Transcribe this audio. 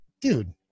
Dude